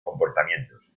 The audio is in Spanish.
comportamientos